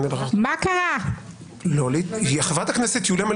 ואז אחד הטיעונים,